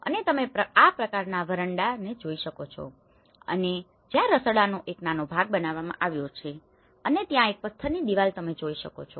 અને તમે આ પ્રકારના વરંડાને જોઈ શકો છો અને જ્યાં રસોડાનો એક નાનો ભાગ બનાવવામાં આવ્યો છે અને ત્યાં એક પથ્થરની દિવાલ તમે જોઈ શકો છો